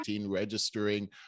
registering